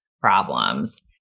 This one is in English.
problems